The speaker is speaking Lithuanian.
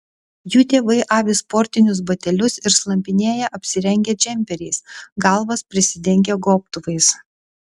jų tėvai avi sportinius batelius ir slampinėja apsirengę džemperiais galvas prisidengę gobtuvais